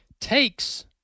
takes